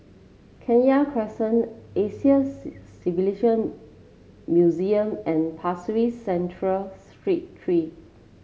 Kenya Crescent Asian Civilisation Museum and Pasir Ris Central Street Three